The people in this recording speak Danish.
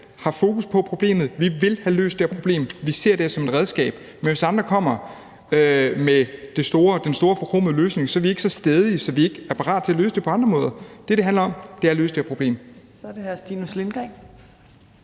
har fokus på problemet. Vi vil have løst det her problem, og vi ser det her som et redskab, men hvis andre kommer med den store forkromede løsning, er vi ikke så stædige, at vi ikke er parate til at løse det på andre måder. Det, det handler om, er at løse det her problem.